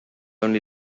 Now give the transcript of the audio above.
only